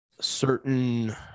certain